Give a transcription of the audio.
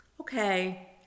okay